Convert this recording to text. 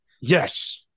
Yes